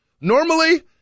Normally